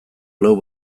lau